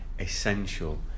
essential